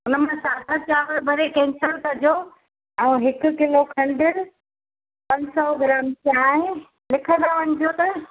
हुनमें साधा चावल भले कैंसल कजो ऐं हिकु किलो खंडु पंज सौ ग्राम चांहि लिखंदा वञिजो त